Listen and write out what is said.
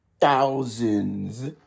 thousands